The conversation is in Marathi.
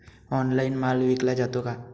ऑनलाइन माल विकला जातो का?